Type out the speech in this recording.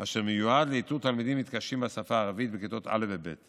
אשר מיועד לאיתור תלמידים מתקשים בשפה הערבית בכיתות א' וב'.